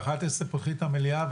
ב-11:00 פותחים את המליאה,